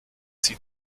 sie